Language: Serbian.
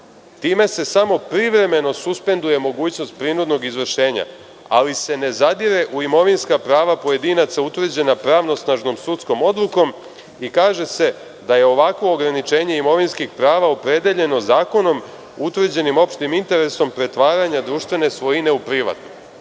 Time se samo privremeno suspenduje mogućnost prinudnog izvršenja, ali se ne zadire u imovinska prava pojedinaca utvrđena pravosnažnom sudskom odlukom. Kaže se da je ovakvo ograničenje imovinskih prava opredeljeno zakonom, utvrđeno opštim interesom pretvaranja društvene svojine u privatnu. Kao